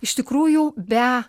iš tikrųjų be